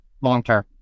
long-term